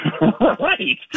Right